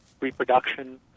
reproduction